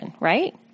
right